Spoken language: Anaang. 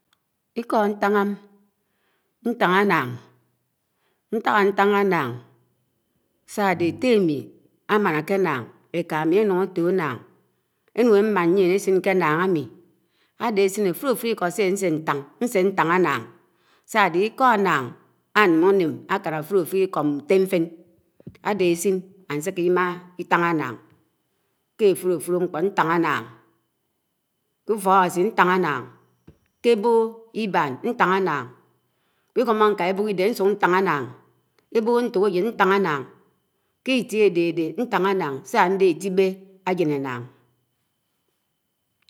Īko̱ ãtahãm̱, ñton ãnnãng, ñta ãtãha ànnãng s̄ade étte ãmi ãmaña ké ãnnãng, Eka ãmi ẽnun ãto̱ ãnnãng, ẽnun ẽman yién èsin ké ãnnañg ãmi. Ade asin áfulo̱fu̱ḇ íko̱ íko̱ ñse ãse ton. nsetá ãnnang, sãdehe̱ l̄ko̱ ãnnàng enun ãnem aka afulo afulo afulo iko. ntefen. ade asin ãsin ãseke m̃ma itan añnang. Ke ãfulo̱ ãfuklo̱ ñkpo̱ ñtan ãnnāng, ke ũfo̱k Awasi ñtan ãnnãng kẽ ẽboho̱ ibãn ñtan ãnnañg, īkpiko̱mo̱ ñka ẽbo̱ho̱ idẽn ñsuk ñtan ãnnañg, ẽboho̱ ñto̱ko̱jẽṉ ñtan ãnnañg, kẽ itẽ ãdede ñtan ãnnan̄g s̄a ãtibe ãjen añnañg.